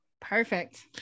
Perfect